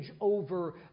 over